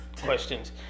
questions